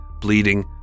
bleeding